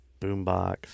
boombox